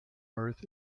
earth